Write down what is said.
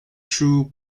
true